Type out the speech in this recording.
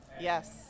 Yes